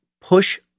push